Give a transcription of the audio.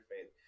faith